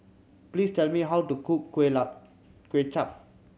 please tell me how to cook kuay Kuay Chap